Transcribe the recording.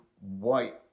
white